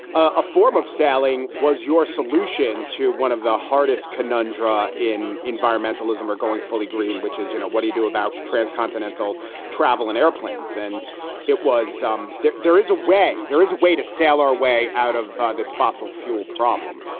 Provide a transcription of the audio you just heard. a form of sailing. was your solution to one of the hardest conundrums in environmentalism or going fully green, which is, you know, what do you do about transcontinental travel and airplanes? and it was um there there is a way, there is a way to sail our way out of this fossil fuel problem.